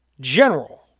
General